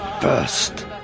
First